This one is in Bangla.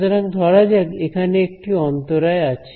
সুতরাং ধরা যাক এখানে একটি অন্তরায় আছে